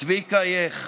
צביקה ייך,